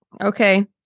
Okay